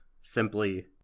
simply